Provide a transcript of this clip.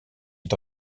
est